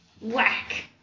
Whack